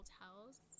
Hotels